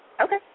Okay